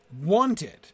wanted